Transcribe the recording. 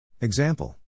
Example